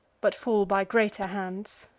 but fall by greater hands.